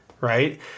right